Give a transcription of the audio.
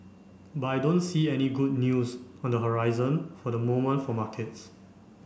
but I don't see any good news on the horizon for the moment for markets